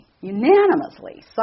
unanimously